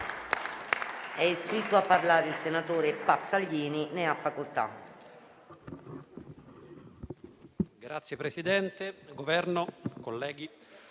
È iscritto a parlare il senatore Arrigoni. Ne ha facoltà.